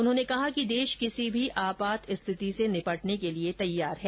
उन्होंने कहा कि देश किसी भी आपात स्थिति से निपटने के लिए तैयार है